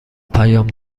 پیام